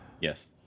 Yes